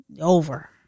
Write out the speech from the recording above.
over